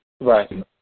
right